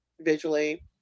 visually